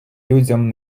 людям